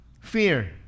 Fear